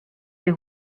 les